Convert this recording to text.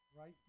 Right